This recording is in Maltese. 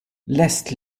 lest